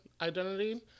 identity